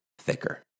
thicker